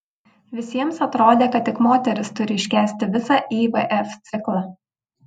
visiems atrodė kad tik moteris turi iškęsti visą ivf ciklą